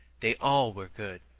they all were good,